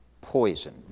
poison